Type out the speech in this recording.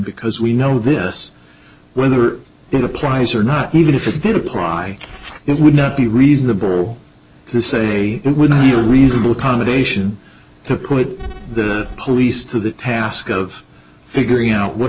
because we know this whether it applies or not even if it did apply it would not be reasonable to say it would be reasonable accommodation to put the police to the task of figuring out what